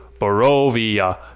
Barovia